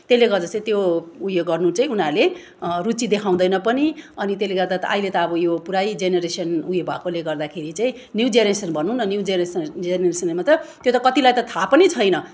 त्यसले गर्दा चाहिँ त्यो उयो गर्नु चाहिँ उनीहरूले रुचि देखाउँदैन पनि अनि त्यसले गर्दा त अहिले त अब यो पुरै जेनेरेसन उयो भएकोले गर्दाखेरि चाहिँ न्यू जेनेरेसन भनौँ न न्यू जेनेरेसन जेनेरेसन मतलब त्यो कतिलाई त थाहा पनि छैन